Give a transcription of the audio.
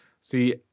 See